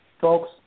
folks